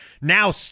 now